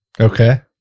Okay